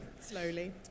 Slowly